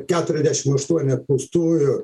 keturiasdešim aštuoni apklaustųjų